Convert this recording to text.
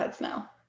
now